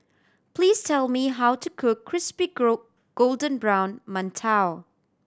please tell me how to cook crispy golden brown mantou